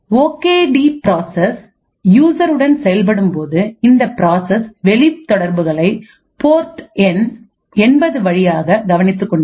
okay the process user உடன் செயல்படும்போது இந்த ப்ராசஸ் வெளித் தொடர்புகளை போர்ட் எண் 80 வழியாக கவனித்துக் கொண்டிருக்கும்